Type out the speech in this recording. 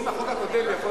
לי ועדת הכלכלה, כי כך החוק.